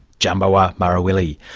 djambawa marawili.